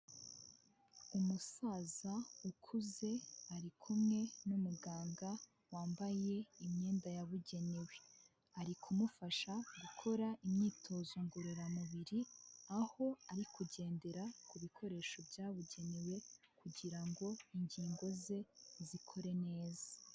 Umusaza ukuze ari kumwe n'umuganga wambaye imyenda yabugenewe ari kumufasha gukora imyitozo ngororamubiri aho ari kugendera ku bikoresho byabugenewe kugira ngo ingingo ze zikore neza.